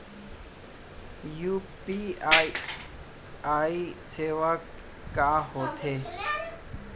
UPI सेवाएं का होथे?